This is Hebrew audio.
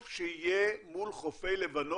אני אומר לכם שבראייה שלי טוב שיהיה מול חופי לבנון